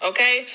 Okay